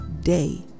day